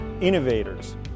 innovators